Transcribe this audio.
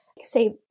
say